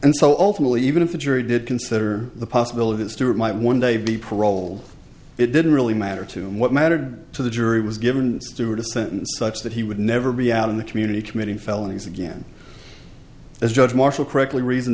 and so all family even if the jury did consider the possibility that stewart might one day be paroled it didn't really matter to him what mattered to the jury was given stewart a sentence such that he would never be out in the community committing felonies again as judge marshall correctly reason